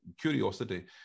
curiosity